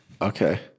Okay